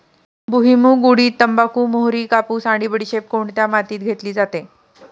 भुईमूग, उडीद, तंबाखू, मोहरी, कापूस आणि बडीशेप कोणत्या मातीत घेतली जाते?